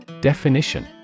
Definition